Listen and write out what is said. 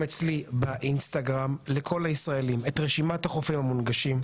אצלי באינסטגרם לכל הישראלים את רשימת החופים המונגשים.